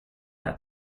had